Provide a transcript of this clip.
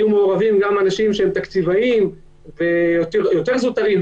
היו מעורבים גם אנשים שהם תקציבאים ויותר זוטרים,